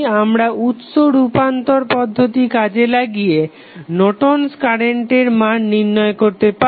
আমরা উৎস রুপান্তর পদ্ধতি কাজে লাগিয়ে নর্টন কারেন্টের Nortons current মান নির্ণয় করতে পারি